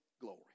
glory